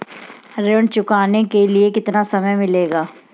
ऋण चुकाने के लिए कितना समय मिलेगा?